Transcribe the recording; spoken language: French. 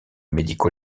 médico